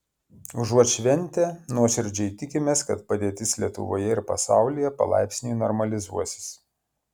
užuot šventę nuoširdžiai tikimės kad padėtis lietuvoje ir pasaulyje palaipsniui normalizuosis